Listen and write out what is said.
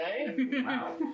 Wow